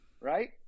right